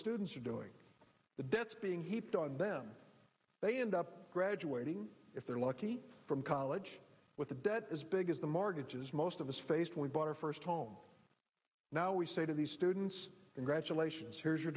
students are doing the debts being heaped on them they end up graduating if they're lucky from college with a debt as big as the markets as most of us faced we bought our first home now we say to these students graduations here's your